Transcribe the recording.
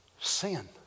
sin